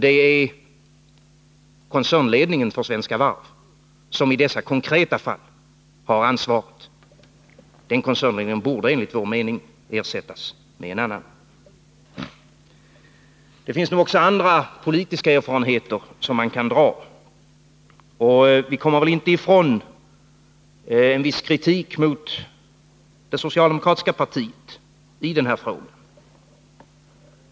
Det är koncernledningen för Svenska Varv som i detta konkreta fall har ansvaret. Den koncernledningen borde enligt vår mening ersättas med en annan. Det finns också andra politiska erfarenheter som man kan dra, och vi kommer väl inte ifrån en viss kritik mot det socialdemokratiska partiet i denna fråga.